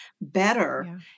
better